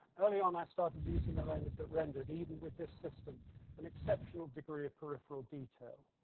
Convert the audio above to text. early on i started using a lens that rendered even with this system an exceptional degree of peripheral detail.